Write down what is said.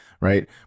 right